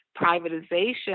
privatization